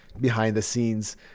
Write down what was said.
behind-the-scenes